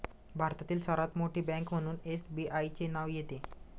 भारतातील सर्वात मोठी बँक म्हणून एसबीआयचे नाव येते